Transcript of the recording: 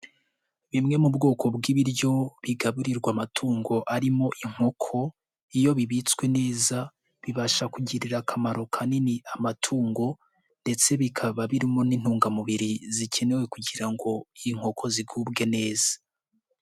Bimwe mu bwoko bw'ibiryo bigaburirwa amatungo arimo inkoko iyo bibitswe neza bibasha kugirira akamaro kanini amatungo ndetse bikaba birimo n'intungamubiri zikenewe kugira ngo inkoko zigubwe neza.